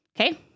Okay